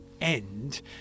end